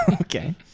Okay